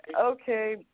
Okay